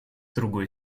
другой